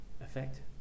effect